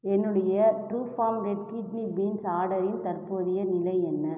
என்னுடைய Truefarm red kidney beans ஆர்டரின் தற்போதைய நிலை என்ன